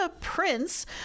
Prince